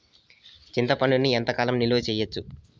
చింతపండును ఎంత కాలం నిలువ చేయవచ్చు?